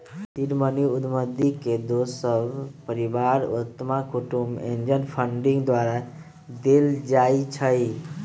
seed money उद्यमी के दोस सभ, परिवार, अत्मा कुटूम्ब, एंजल फंडिंग द्वारा देल जाइ छइ